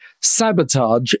sabotage